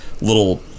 little